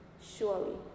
Surely